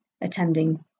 attending